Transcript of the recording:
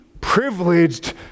privileged